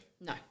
No